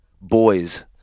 boys